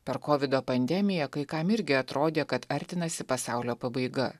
per kovido pandemiją kai kam irgi atrodė kad artinasi pasaulio pabaiga